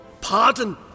pardon